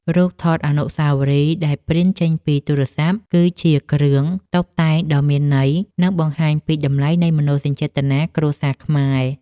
រូបថតអនុស្សាវរីយ៍ដែលព្រីនចេញពីទូរស័ព្ទ គឺជាគ្រឿងតុបតែងដ៏មានន័យនិង បង្ហាញពីតម្លៃនៃមនោសញ្ចេតនាគ្រួសារខ្មែរ។